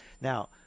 now